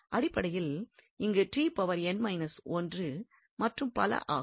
அடிப்படையில் இங்கு மற்றும் பல ஆகும்